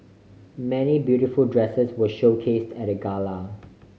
many beautiful dresses were showcase at the gala